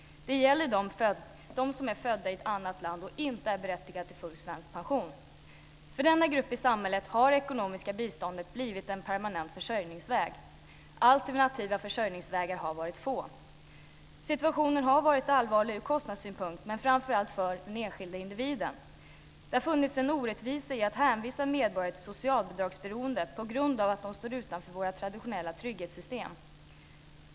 Det gäller dem som är födda i ett annat land och inte är berättigade till full svensk pension. För denna grupp i samhället har det ekonomiska biståndet blivit en permanent försörjningsväg. Alternativa försörjningsvägar har varit få. Situationen har varit allvarlig ur kostnadssynpunkt men framför allt för den enskilda individen. Det har funnits en orättvisa i att hänvisa medborgare till socialbidragsberoende på grund av att de står utanför våra traditionella trygghetssystem.